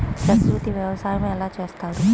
ప్రకృతి వ్యవసాయం ఎలా చేస్తారు?